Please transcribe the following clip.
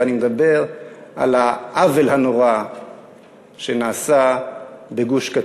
ואני מדבר על העוול הנורא שנעשה בגוש-קטיף.